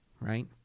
right